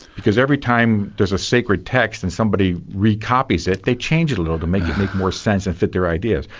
because every time there's a sacred text and somebody re-copies it, they change it a little to make it make more sense and fit their ideas.